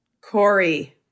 Corey